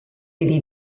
iddi